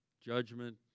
judgment